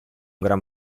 gran